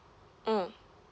mm